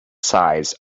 sides